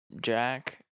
Jack